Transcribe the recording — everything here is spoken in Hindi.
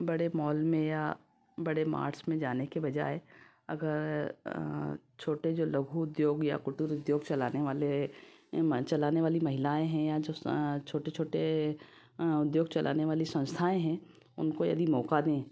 बड़े मॉल में या बड़े मार्ट्स में जाने के बजाय अगर छोटे जो लघु उद्योग या कुटिर उद्योग चलाने वाले चलाने वाली महिलाएँ हैं या जो छोटे छोटे उद्योग चलाने वाली संस्थाएँ हैं उनको यदि मौका दें